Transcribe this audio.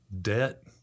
debt